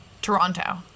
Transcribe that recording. Toronto